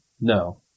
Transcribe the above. No